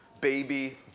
baby